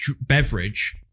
beverage